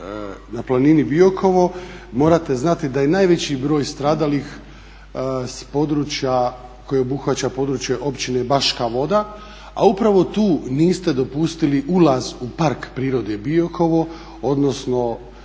na planini Biokovo, morate znati da je najveći broj stradalih sa područja koje obuhvaća područje općine Baška voda a upravo tu niste dopustili ulaz u Park prirode Biokovo odnosno